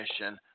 mission